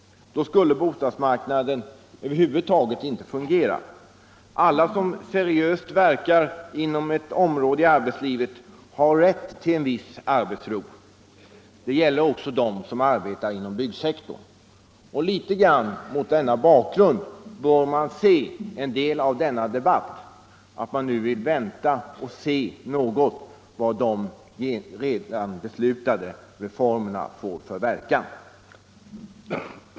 Då skulle bostadsmarknaden över huvud taget inte fungera. Alla som seriöst verkar inom ett område av arbetslivet har rätt till en viss arbetsro. Det gäller även de människor som arbetar inom byggsektorn. Litet grand mot denna bakgrund bör vi bedöma en del av denna debatt och det förhållandet att man nu vill vänta och se något vad de redan beslutade reformerna får för verkan.